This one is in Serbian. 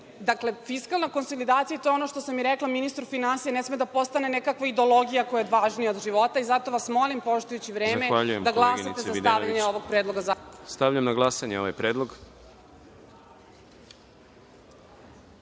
Dakle, fiskalna konsolidacija, to je ono što sam rekla i ministru finansija, ne sme da postane neka ideologija, koja je važnija od života, i zato vas molim poštujući vreme, da glasate za stavljanje ovog predloga zakona. **Đorđe Milićević**